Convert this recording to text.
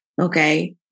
okay